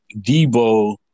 Debo